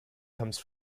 comes